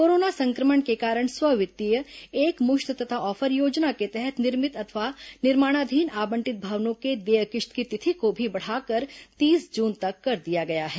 corona संक्रमण के कारण स्व वित्तीय एकमुश्त तथा ऑफर योजना के तहत निर्मित अथवा निर्माणाधीन आवंटित भवनों के देय किश्त की तिथि को भी बढ़ाकर तीस जून तक कर दिया गया है